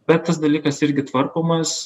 bet tas dalykas irgi tvarkomas